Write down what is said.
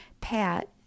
pat